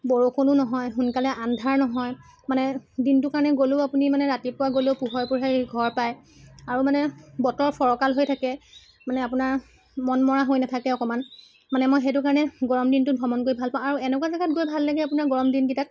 বৰষুণো নহয় সোনকালে আন্ধাৰ নহয় মানে দিনটো কাৰণে গ'লেও আপুনি মানে ৰাতিপুৱা গ'লেও পোহৰে পোহৰে আহি ঘৰ পায় আৰু মানে বতৰ ফৰকাল হৈ থাকে মানে আপোনাৰ মন মৰা হৈ নাথাকে অকণমান মানে মই সেইটো কাৰণে গৰম দিনটোত ভ্ৰমণ কৰি ভাল পাওঁ আৰু এনেকুৱা জেগাত গৈ ভাল লাগে আপোনাৰ গৰম দিন কেইটাত